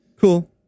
Cool